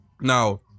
Now